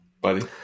buddy